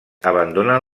abandonen